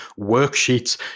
worksheets